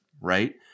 right